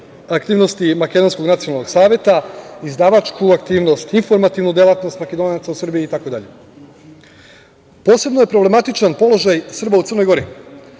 aktivnosti makedonskog Nacionalnog saveta, izdavačku aktivnost, informativnu delatnost Makedonaca u Srbiji, itd. Posebno je problematičan položaj Srba u Crnoj Gori.